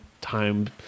time